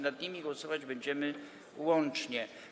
Nad nimi głosować będziemy łącznie.